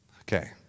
Okay